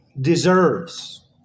deserves